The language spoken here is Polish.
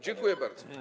Dziękuję bardzo.